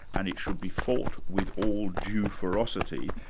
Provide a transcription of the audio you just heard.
and it should be fought with all due ferocity,